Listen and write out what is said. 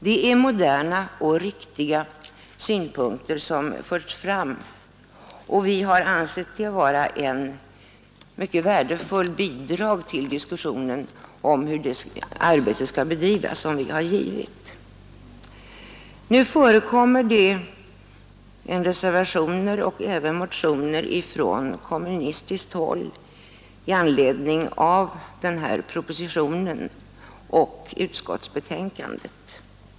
Det är moderna och riktiga synpunkter som förts fram, och vi har ansett det vara ett mycket värdefullt bidrag som vi har givit till diskussionen om hur detta arbete skall bedrivas. Nu föreligger det reservationer och även motioner från kommunistiskt håll i anledning av propositionen och utskottsbetänkandet.